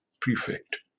prefect